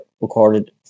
recorded